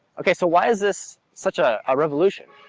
okay so why is this such a revolution?